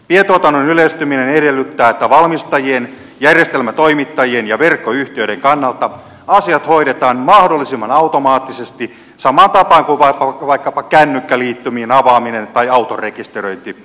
pientuotannon yleistyminen edellyttää että valmistajien järjestelmätoimittajien ja verkkoyhtiöiden kannalta asiat hoidetaan mahdollisimman automaattisesti samaan tapaan kuin vaikkapa kännykkäliittymien avaaminen tai auton rekisteröinti